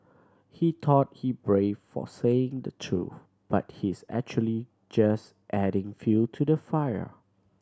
he thought he brave for saying the truth but he's actually just adding fuel to the fire